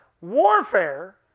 Warfare